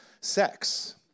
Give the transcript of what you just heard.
sex